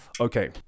okay